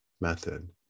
method